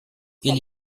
ele